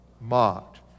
Mocked